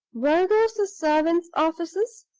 were these the servants' offices?